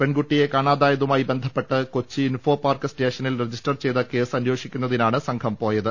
പെൺകുട്ടിയെ കാണാതായതുമായി ബന്ധ പ്പെട്ട് കൊച്ചി ഇൻഫോപാർക്ക് സ്റ്റേഷനിൽ രജിസ്റ്റർ ചെയ്ത കേസ് അന്വേഷിക്കുന്നതിനാണ് സംഘം പോയത്